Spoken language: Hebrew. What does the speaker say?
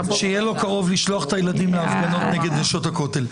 כדי שיהיה לו קרוב לשלוח את הילדים להפגנות נגד נשות הכותל.